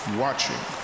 watching